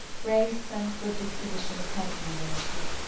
grace and good disposition attend your ladyship!